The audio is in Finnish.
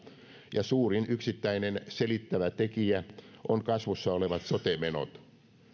ja suurin yksittäinen selittävä tekijä on kasvussa olevat sote menot